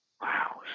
Wow